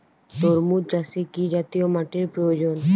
তরমুজ চাষে কি জাতীয় মাটির প্রয়োজন?